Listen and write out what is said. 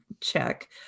check